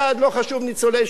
לא חשוב ניצולי השואה,